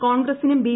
കോൺഗ്രസിനും ബി